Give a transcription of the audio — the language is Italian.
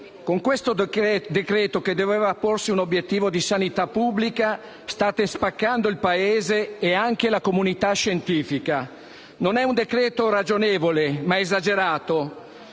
con questo decreto-legge che doveva porsi un obiettivo di sanità pubblica state spaccando il Paese e anche la comunità scientifica. Non è un decreto ragionevole, ma esagerato,